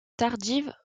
tardive